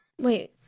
Wait